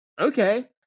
okay